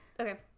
Okay